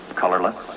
colorless